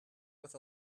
with